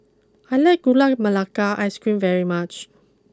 I like Gula Melaka Ice cream very much